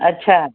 अच्छा